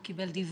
הוא קיבל דיווח,